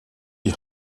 die